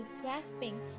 grasping